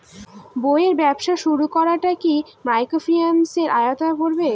বইয়ের ব্যবসা শুরু করাটা কি মাইক্রোফিন্যান্সের আওতায় পড়বে?